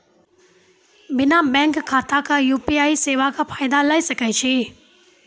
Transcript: बिना बैंक खाताक यु.पी.आई सेवाक फायदा ले सकै छी?